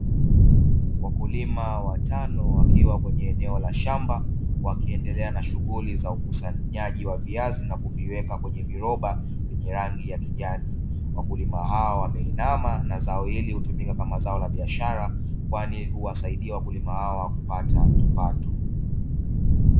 Wakulima watano wakiwa kwenye eneo la shamba, wakiendelea na shughuli za ukusanyaji wa viazi na kuviweka kwenye viroba vyenye rangi ya kijani. Wakulima hawa wameinama na zao hili hutumika kama zao la biashara kwani huwasaidia wakulima hawa kupata kipato.